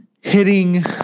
hitting –